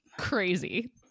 crazy